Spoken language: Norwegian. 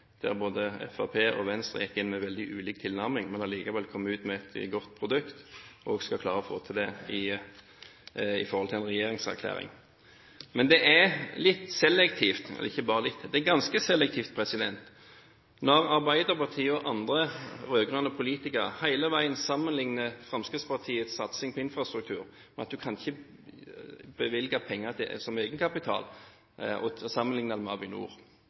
der både Fremskrittspartiet og Venstre gikk inn med veldig ulik tilnærming, men allikevel kom ut med et godt produkt, er jeg ganske sikker på at vi også skal klare å få til det i forhold til en regjeringserklæring. Men det er litt selektivt – ikke bare litt; det er ganske selektivt – når Arbeiderpartiet og andre rød-grønne politikere hele veien sammenlikner Fremskrittspartiets satsing på infrastruktur med at man ikke kan bevilge penger som egenkapital, og sammenlikner det med Avinor.